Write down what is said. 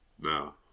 no